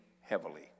heavily